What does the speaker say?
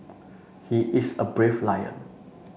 he is a brave lion